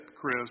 Chris